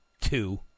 two